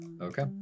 okay